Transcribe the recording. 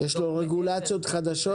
יש לו רגולציות חדשות?